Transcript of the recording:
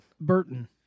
Burton